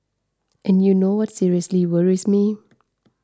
and you know what seriously worries me